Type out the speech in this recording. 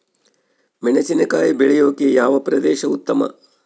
ಮೆಣಸಿನಕಾಯಿ ಬೆಳೆಯೊಕೆ ಯಾವ ಪ್ರದೇಶ ಉತ್ತಮ?